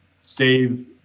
save